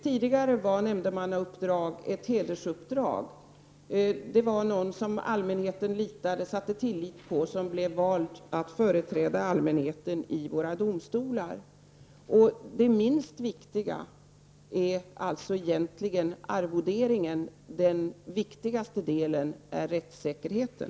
Tidigare var nämndemannauppdraget ett hedersuppdrag. Någon som allmänheten satte tillit till blev vald att företräda allmänheten i våra domstolar. Det minst viktiga är alltså egentligen arvoderingen. Det viktigaste är rättssäkerheten.